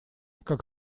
как